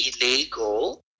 illegal